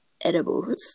edibles